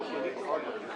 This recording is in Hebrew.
אושר החוק.